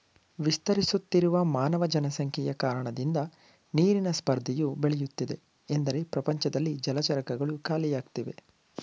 ವಿಸ್ತರಿಸುತ್ತಿರುವ ಮಾನವ ಜನಸಂಖ್ಯೆಯ ಕಾರಣದಿಂದ ನೀರಿನ ಸ್ಪರ್ಧೆಯು ಬೆಳೆಯುತ್ತಿದೆ ಎಂದರೆ ಪ್ರಪಂಚದ ಜಲಚರಗಳು ಖಾಲಿಯಾಗ್ತಿವೆ